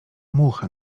mucha